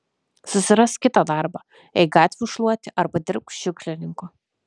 susirask kitą darbą eik gatvių šluoti arba dirbk šiukšlininku